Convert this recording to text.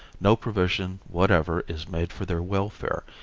no provision whatever is made for their welfare,